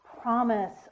promise